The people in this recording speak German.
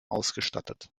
ausgestattet